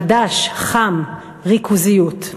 חדש, חם: ריכוזיות.